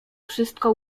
wszystko